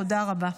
תודה רבה.